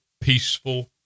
peaceful